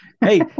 hey